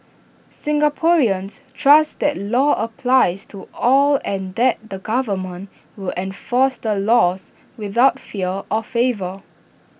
Singaporeans trust that law applies to all and that the government will enforce the laws without fear or favour